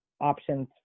options